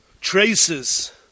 traces